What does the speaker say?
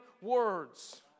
words